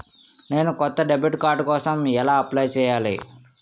నేను కొత్త debit card కోసం ఎలా అప్లయ్ చేయాలి?